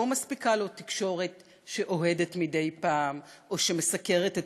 לא מספיקה לו תקשורת שאוהדת מדי פעם או שמסקרת את